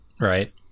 Right